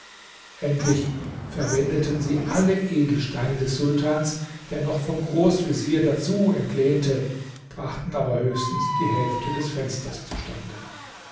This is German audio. endlich verwendeten sie alle edelsteine des sultans der noch vom großvezier dazu entlehnte brachten aber höchstens die hälfte des fensters zustande